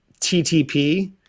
TTP